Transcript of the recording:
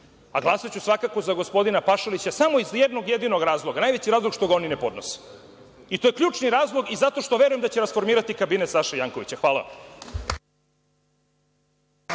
savet. Glasaću, svakako i za gospodina Pašalića samo iz jednog jedinog razloga, najveći razlog je što ga oni ne podnose. To je ključni razlog i zato što verujem da će rasformirati Kabinet Saše Jankovića. Hvala.